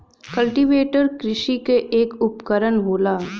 cultivator कृषि क एक उपकरन होला